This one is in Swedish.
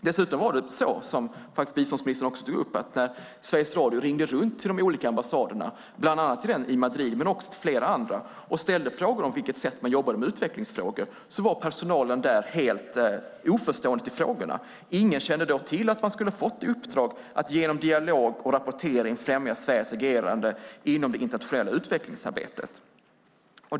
Dessutom var det så, som faktiskt biståndsministern också tog upp, att när Sveriges Radio ringde runt till de olika ambassaderna, bland annat till den i Madrid men också till flera andra, och ställde frågor om på vilket sätt man jobbade med utvecklingsfrågor var personalen där helt oförstående till frågorna. Ingen kände då till att man skulle ha fått i uppdrag att genom dialog och rapportering främja Sveriges agerande inom det internationella utvecklingsarbetet.